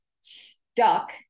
stuck